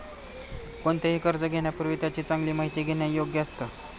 कोणतेही कर्ज घेण्यापूर्वी त्याची चांगली माहिती घेणे योग्य असतं